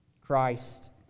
Christ